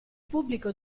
pubblico